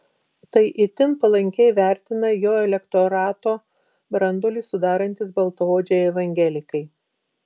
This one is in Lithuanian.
tai itin palankiai vertina jo elektorato branduolį sudarantys baltaodžiai evangelikai